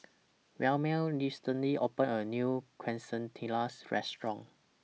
Wilmer recently opened A New Quesadillas Restaurant